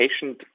patient